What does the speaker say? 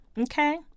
Okay